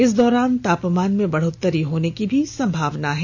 इस दौरान तापमान में बढ़ोत्तरी होने की भी संभावना है